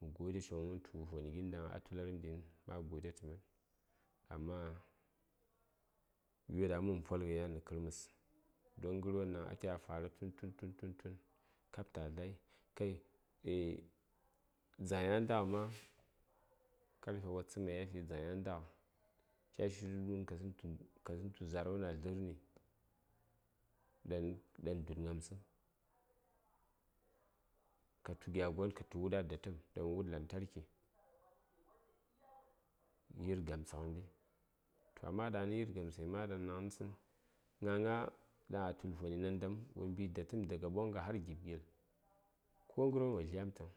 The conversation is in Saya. mə gode coŋmən tu voni gin ɗaŋ a tularəm ɗin ma gode tə mən. amma gyo ɗaŋ a mobəm polghən yan nə kərməs don ghərwon ɗaŋ ataya fara tun tun tun kab ta gayi kai eah dzaŋ ya ndaghə ma kafe watsəmayi yafi dzaŋ ya ndaghə kasən tu za:rwon a dlərni ɗan ɗan duɗ gnamtsə ka tu gya gon katu wud a datəm ɗan wud lantarki yir gamtsə ghəndi toh amma daŋni yirgamtsəs ma daŋni tsən katu gna gna ɗaŋ a tul voni nandam wo mbi datəm daga ɓonga har gib gil ko ghərwon wo dlyamtəŋ